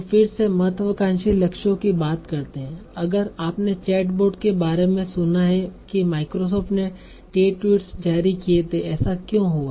तो फिर से महत्वाकांक्षी लक्ष्यों कि बात करते है अगर आपने चैटबॉट के बारे में सुना है कि माइक्रोसॉफ्ट ने टेट्वीट्स जारी किए थे ऐसा क्यों हुआ